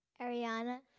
Ariana